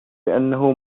بأنه